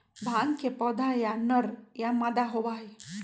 भांग के पौधा या नर या मादा होबा हई